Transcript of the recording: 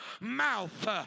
mouth